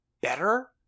better